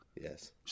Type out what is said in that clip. Yes